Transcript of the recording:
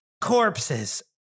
corpses